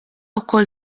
wkoll